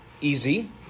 easy